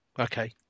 Okay